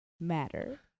matter